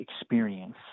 experience